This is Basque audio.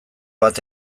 bat